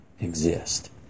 exist